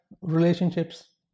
relationships